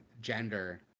gender